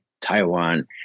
Taiwan